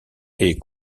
est